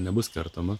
nebus kertama